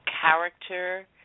character